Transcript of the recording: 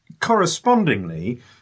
correspondingly